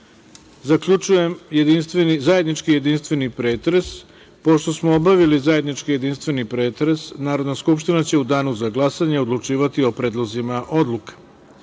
zaključujem zajednički jedinstveni pretres. Pošto smo obavili zajednički jedinstveni pretres, Narodna skupština će u danu za glasanje odlučivati o predlozima odluka. Na